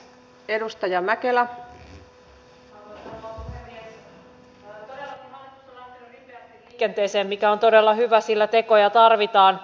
todellakin hallitus on lähtenyt ripeästi liikenteeseen mikä on todella hyvä sillä tekoja tarvitaan